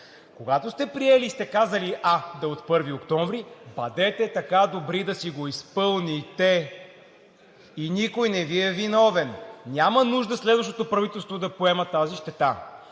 Когато сте го приели и сте казали да е от 1 октомври, бъдете така добри да го из-пъл-ни-те! Никой не Ви е виновен и няма нужда следващото правителство да поема тази щета.